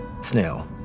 Snail